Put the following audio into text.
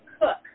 Cook